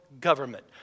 government